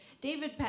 David